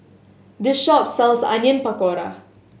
this shop sells Onion Pakora